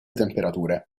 temperature